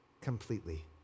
completely